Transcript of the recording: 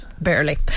barely